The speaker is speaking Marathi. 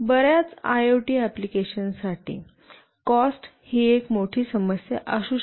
बर्याच आयओटी एप्लिकेशनसाठी कॉस्ट ही एक मोठी समस्या असू शकते